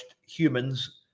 humans